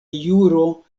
juro